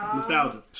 Nostalgia